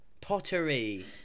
Pottery